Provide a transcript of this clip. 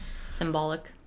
symbolic